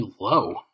low